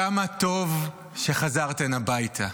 כמה טוב שחזרתן הביתה.